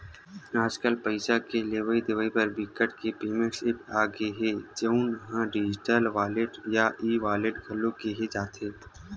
आजकल पइसा के लेवइ देवइ बर बिकट के पेमेंट ऐप्स आ गे हे जउन ल डिजिटल वॉलेट या ई वॉलेट घलो केहे जाथे